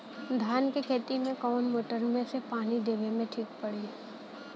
धान के खेती मे कवन मोटर से पानी देवे मे ठीक पड़ी?